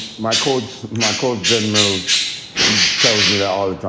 my coach my coach demos tells me that all the